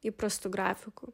įprastu grafiku